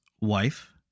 wife